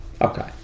Okay